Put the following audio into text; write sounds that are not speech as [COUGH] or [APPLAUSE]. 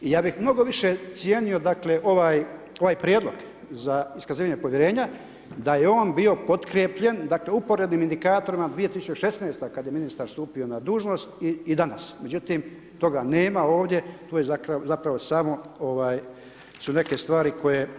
I ja bih mnogo više cijenio dakle ovaj prijedlog za iskazivanje povjerenja da je on bio potkrijepljen, dakle ... [UNINTELLIGIBLE] indikatorima 2016. kada je ministar stupio na dužnost i danas, međutim toga nema ovdje, tu je zapravo samo su neke stvari koje.